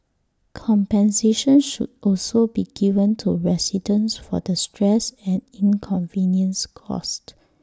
compensation should also be given to residents for the stress and inconvenience caused